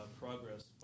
progress